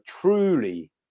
truly